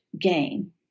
gain